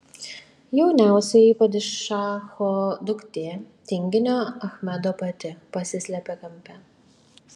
jauniausioji padišacho duktė tinginio achmedo pati pasislėpė kampe